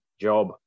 job